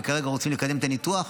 וכרגע רוצים לקדם את הניתוח,